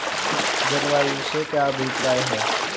जलवायु से क्या अभिप्राय है?